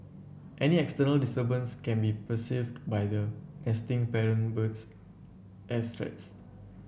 any external disturbance can be perceived by the nesting parent birds as threats